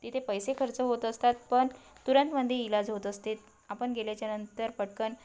तिथे पैसे खर्च होत असतात पण तुरंतमध्ये इलाज होत असते आपण गेल्याच्यानंतर पटकन